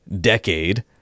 decade